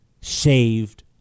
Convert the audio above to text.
saved